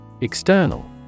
External